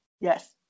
Yes